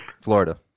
Florida